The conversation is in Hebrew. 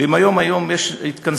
אם היום יש התכנסות